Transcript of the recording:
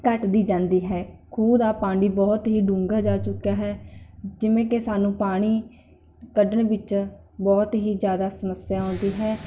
ਘੱਟਦੀ ਜਾਂਦੀ ਹੈ ਖੂਹ ਦਾ ਪਾਣੀ ਬਹੁਤ ਹੀ ਡੂੰਘਾ ਜਾ ਚੁੱਕਿਆ ਹੈ ਜਿਵੇਂ ਕਿ ਸਾਨੂੰ ਪਾਣੀ ਕੱਢਣ ਵਿੱਚ ਬਹੁਤ ਹੀ ਜ਼ਿਆਦਾ ਸਮੱਸਿਆ ਆਉਂਦੀ ਹੈ